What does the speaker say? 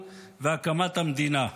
והמה אינם כן".